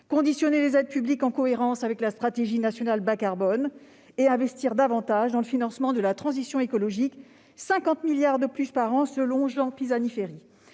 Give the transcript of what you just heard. conditionner les aides publiques en cohérence avec la stratégie nationale bas-carbone et d'investir davantage dans le financement de la transition écologique : 50 milliards d'euros de plus par an sont nécessaires,